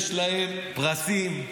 יש להם פרסים.